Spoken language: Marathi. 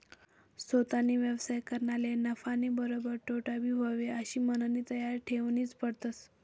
सोताना व्यवसाय करनारले नफानीबरोबर तोटाबी व्हयी आशी मननी तयारी ठेवनीच पडस